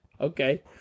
Okay